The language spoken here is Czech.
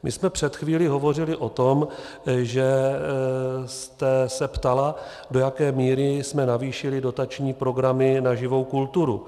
My jsme před chvílí hovořili o tom, že jste se ptala, do jaké míry jsme navýšili dotační programy na živou kulturu.